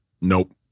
nope